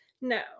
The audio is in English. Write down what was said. No